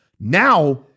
Now